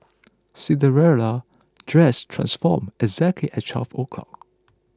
Cinderella's dress transformed exactly at twelve o'clock